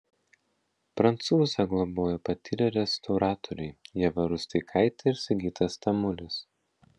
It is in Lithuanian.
prancūzę globojo patyrę restauratoriai ieva rusteikaitė ir sigitas tamulis